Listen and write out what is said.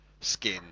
skin